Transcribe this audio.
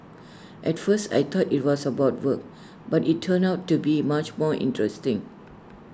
at first I thought IT was about work but IT turned out to be much more interesting